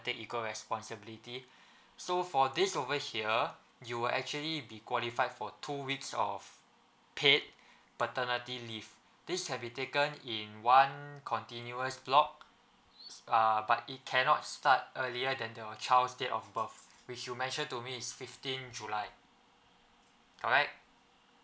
take equal responsibility so for this over here you will actually be qualified for two weeks of paid paternity leave this can be taken in one continuous block uh but it cannot start earlier than your child's date of birth which you mentioned to me is fifteen july correct